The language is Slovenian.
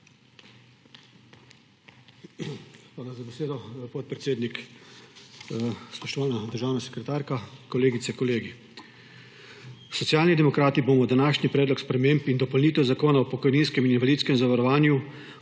za besedo, podpredsednik. Spoštovana državna sekretarka, kolegice, kolegi! Socialni demokrati bomo današnji predlog sprememb in dopolnitev Zakona o pokojninskem in invalidskem zavarovanju,